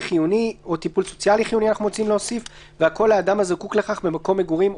חיוני לאדם הזקוק לכך במקום מגוריו,